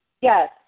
Yes